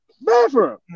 bathroom